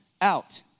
out